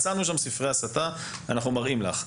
מצאנו שם ספרי הסתה ואנחנו מראים לך.